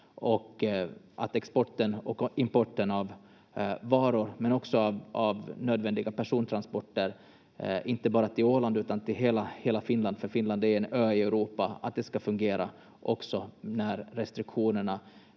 exporten och importen av varor, men också nödvändiga persontransporter — inte bara till Åland utan till hela Finland, för Finland är en ö i Europa — ska fungera också när restriktionerna